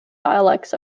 dialects